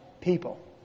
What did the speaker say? people